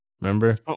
Remember